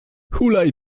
hulaj